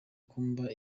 kumba